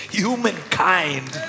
humankind